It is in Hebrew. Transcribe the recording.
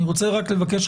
אני רוצה רק לבקש,